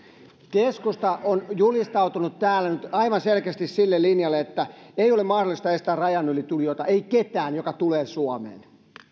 keskusta on julistautunut täällä nyt aivan selkeästi sille linjalle että ei ole mahdollista estää rajan yli tulijoita ei ketään joka tulee suomeen